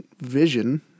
vision